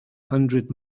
hundred